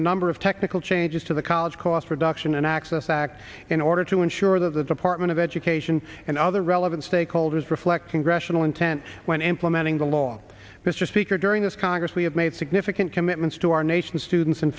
a number of technical changes to the college cost reduction and access act in order to ensure that the department of education and other relevant stakeholders reflecting gresham ill intent when implementing the law mr speaker during this congress we have made significant commitments to our nation's students